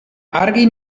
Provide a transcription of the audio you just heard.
argi